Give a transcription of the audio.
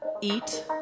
eat